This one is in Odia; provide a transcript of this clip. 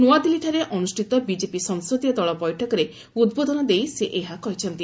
ନ୍ନଆଦିଲ୍ଲୀଠାରେ ଅନୁଷ୍ଠିତ ବିଜେପି ସଂସଦୀୟ ଦଳ ବୈଠକରେ ଉଦ୍ବୋଧନ ଦେଇ ସେ ଏହା କହିଛନ୍ତି